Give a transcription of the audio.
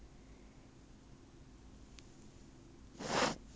diapers cut a hole